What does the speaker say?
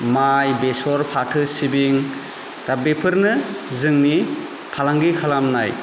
माइ बेसर फाथो सिबिं दा बेफोरनो जोंनि फालांगि खालामनाय